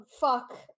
fuck